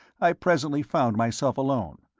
i presently found myself alone,